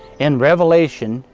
in revelation,